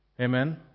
Amen